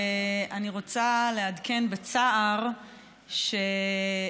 אני רוצה לעדכן בצער שהממשלה,